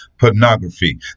pornography